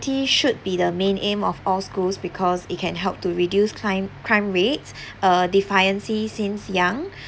should be the main aim of all schools because it can help to reduce crime rates uh defiance since young